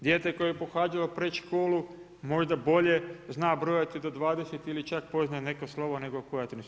Dijete koje je pohađalo predškolu možda bolje zna brojati do 20 ili čak poznaje neka slova nego koja to nisu.